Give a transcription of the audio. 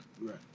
right